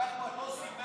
לקח מטוס עם 100 חברים.